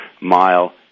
mile